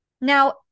Now